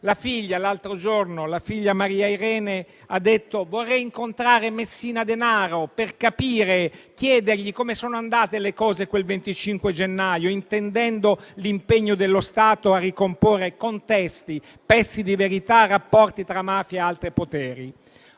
La figlia Maria Irene, qualche giorno fa ha detto che vorrebbe incontrare Messina Denaro per capire e chiedergli come sono andate le cose quel 25 gennaio, intendendo l'impegno dello Stato a ricomporre contesti, pezzi di verità e rapporti tra mafia e altri poteri.